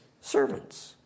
servants